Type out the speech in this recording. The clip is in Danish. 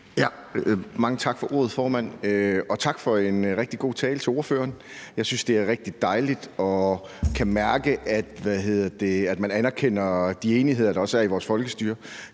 (S): Mange tak for ordet, formand. Og tak til ordføreren for en rigtig god tale. Jeg synes, det er rigtig dejligt at kunne mærke, at man anerkender de enigheder, der også er i vores folkestyre.